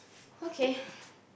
okay